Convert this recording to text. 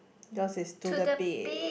does it's to the be